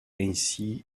ainsi